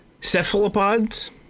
cephalopods